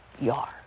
yard